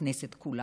בכנסת כולה.